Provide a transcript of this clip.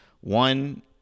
One